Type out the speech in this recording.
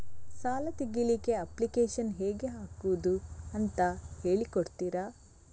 ಸಾಲ ತೆಗಿಲಿಕ್ಕೆ ಅಪ್ಲಿಕೇಶನ್ ಹೇಗೆ ಹಾಕುದು ಅಂತ ಹೇಳಿಕೊಡ್ತೀರಾ?